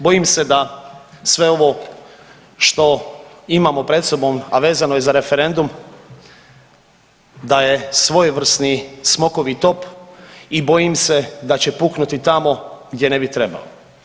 Bojim se da sve ovo što imamo pred sobom, a vezano je za referendum da je svojevrsni smokovi top i bojim se da će puknuti tamo gdje ne bi trebao.